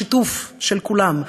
בשיתוף כולם,